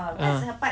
ah